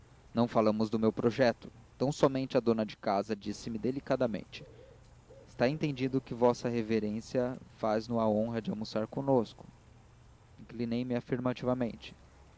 não falamos do meu projeto tão-somente a dona da casa disse-me delicadamente está entendido que v revma faz nos a honra de almoçar conosco inclinei-me afirmativamente